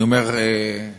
אני אומר "אנחנו";